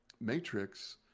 matrix